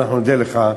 ואנחנו נודה לך,